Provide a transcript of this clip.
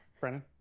Brennan